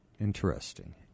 Interesting